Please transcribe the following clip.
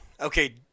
Okay